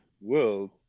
world